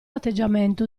atteggiamento